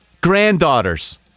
Granddaughters